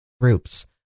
groups